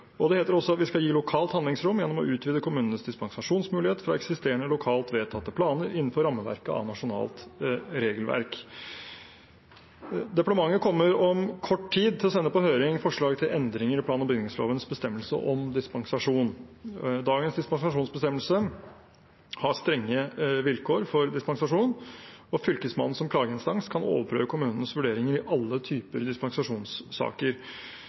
Det heter også at vi skal gi lokalt handlingsrom gjennom å utvide kommunenes dispensasjonsmulighet fra eksisterende lokalt vedtatte planer innenfor rammeverket av nasjonalt regelverk. Departementet kommer om kort tid til å sende på høring forslag til endringer i plan- og bygningslovens bestemmelse om dispensasjon. Dagens dispensasjonsbestemmelse har strenge vilkår for dispensasjon, og Fylkesmannen som klageinstans kan overprøve kommunenes vurderinger i alle typer dispensasjonssaker.